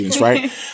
right